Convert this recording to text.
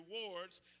rewards